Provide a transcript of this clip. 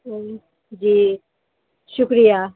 ہوں جی شکریہ